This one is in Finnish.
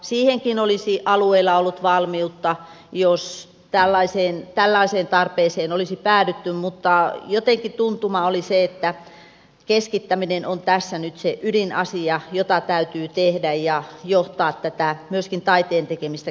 siihenkin olisi alueilla ollut valmiutta jos tällaiseen tarpeeseen olisi päädytty mutta jotenkin tuntuma oli se että keskittäminen on tässä nyt se ydinasia jota täytyy tehdä ja täytyy johtaa myöskin taiteen tekemistä keskusjohtoisesti